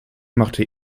machte